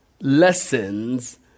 Lessons